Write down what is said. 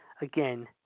again